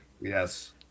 Yes